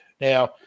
now